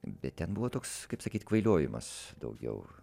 bet ten buvo toks kaip sakyt kvailiojimas daugiau